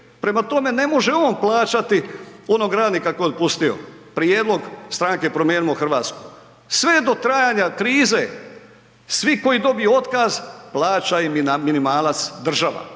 prema tome ne može on plaćati onog radnika kojeg je otpustio. Prijedlog Stranke Promijenimo Hrvatsku, sve do trajanja krize svi koji dobiju otkaz, plaća im minimalac država,